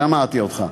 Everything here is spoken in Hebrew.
שמעתי אותך.